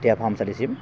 देहा फाहामसालिसिम